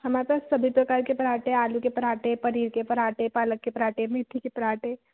हमारे पास सभी प्रकार के पराँठे हैं आलू के पराँठे पनीर के पराँठे पालक के पराँठे मेथी के पराँठे